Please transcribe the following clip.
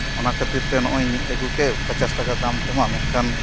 ᱚᱱᱟ ᱠᱷᱟᱹᱛᱤᱨ ᱛᱮ ᱱᱚᱜᱽᱼᱚᱭ ᱤᱧ ᱟᱹᱜᱩ ᱠᱮᱫ ᱯᱚᱸᱪᱟᱥ ᱴᱟᱠᱟ ᱫᱟᱢ ᱛᱮᱢᱟ ᱢᱮᱱᱠᱷᱟᱱ